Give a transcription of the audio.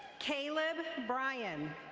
caleb bryan.